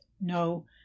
no